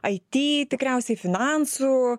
it tikriausiai finansų